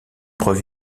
preuve